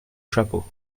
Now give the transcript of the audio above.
chapeau